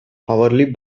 hourly